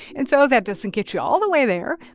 and so that doesn't get you all the way there,